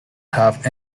have